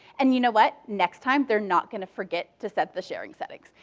and you know what, next time they're not going to forget to set the sharing settings.